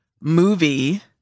movie